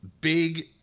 big